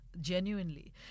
Genuinely